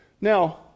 Now